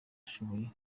ashoboye